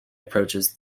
approaches